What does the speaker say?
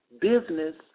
business